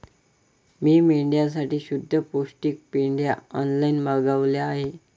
मी मेंढ्यांसाठी शुद्ध पौष्टिक पेंढा ऑनलाईन मागवला आहे